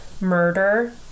murder